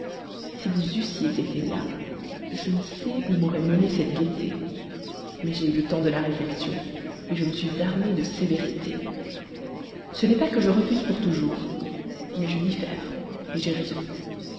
si vous eussiez été là je ne sais où m'aurait menée cette gaieté mais j'ai eu le temps de la réflexion je me suis armée de sévérité ce n'est pas que je refuse pour toujours mais je diffère j'ai raison